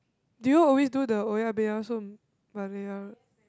do you always do the oh-ya-beh-ya-som